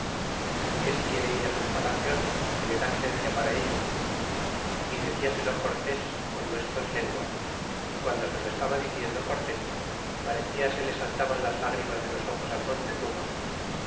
y que si quiere ir sus palacios que le da licencia para ello y deciselo cortés con nuestras lenguas y guando se lo estaba diciendo cortés parecía se le saltaban las lágrimas de los ojos al montezuma